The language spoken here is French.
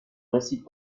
récite